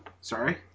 Sorry